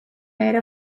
made